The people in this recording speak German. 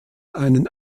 einen